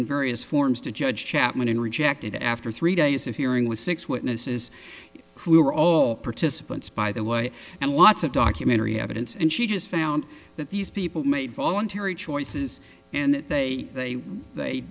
in various forms to judge chapman and rejected after three days of hearing with six witnesses who were all participants by the way and lots of documentary evidence and she just found that these people made voluntary choices and that they they they